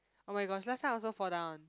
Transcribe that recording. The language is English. oh-my-gosh last time I also fall down